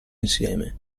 insieme